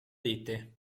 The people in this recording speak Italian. dette